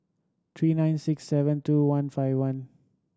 three nine six seven two one five one